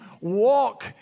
walk